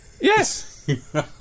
Yes